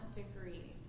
degree